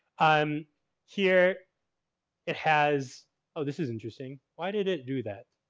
um here it has oh, this is interesting. why did it do that?